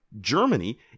Germany